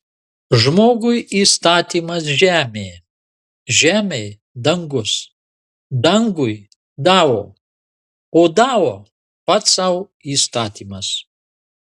žmogui įstatymas žemė žemei dangus dangui dao o dao pats sau įstatymas